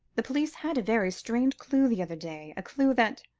the police had a very strange clue the other day, a clue that,